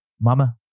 mama